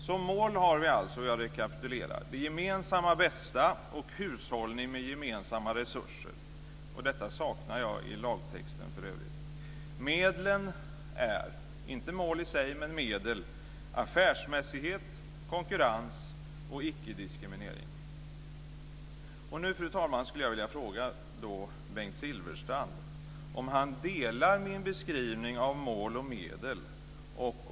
Som mål har vi alltså, och jag rekapitulerar: Det gemensamma bästa och hushållning med gemensamma resurser. Detta saknar jag för övrigt i lagtexten. Medlen är inte mål i sig utan medel. De är: affärsmässighet, konkurrens och icke-diskriminering. Fru talman! Nu skulle jag vilja fråga Bengt Silfverstrand om han håller med om min beskrivning av mål och medel.